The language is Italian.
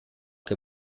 che